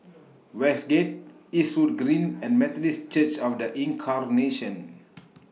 Westgate Eastwood Green and Methodist Church of The Incarnation